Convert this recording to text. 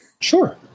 sure